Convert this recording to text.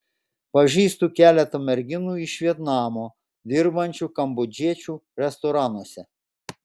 pažįstu keletą merginų iš vietnamo dirbančių kambodžiečių restoranuose